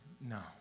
no